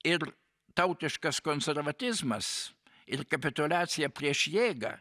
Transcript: ir tautiškas konservatizmas ir kapituliacija prieš jėgą